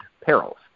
perils